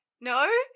no